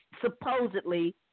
supposedly